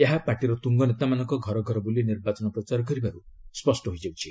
ଏହା ପାର୍ଟିର ତୁଙ୍ଗନେତାମାନଙ୍କ ଘରଘର ବୁଲି ନିର୍ବାଚନ ପ୍ରଚାର କରିବାରୁ ସ୍ୱଷ୍ଟ ହୋଇଯାଉଛି